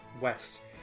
west